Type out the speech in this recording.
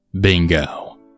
Bingo